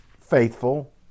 faithful